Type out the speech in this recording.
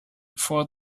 for